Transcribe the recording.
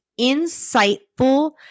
insightful